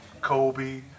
Kobe